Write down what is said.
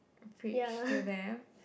preach to them